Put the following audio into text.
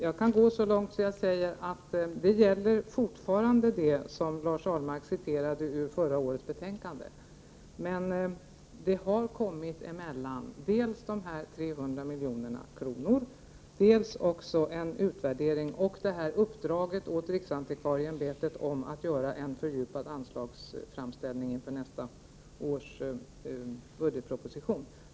Jag kan gå så långt att jag säger att det som Lars Ahlmark citerade ur förra årets betänkande fortfarande gäller men att det har kommit något emellan, dels de 300 miljonerna, dels en utvärdering och uppdraget åt riksantikvarieämbetet att göra en fördjupad anslagsframställning inför nästa års budgetproposition.